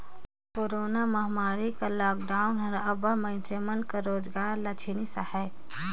corona महमारी कर lockdown हर अब्बड़ मइनसे मन कर रोजगार ल छीनिस अहे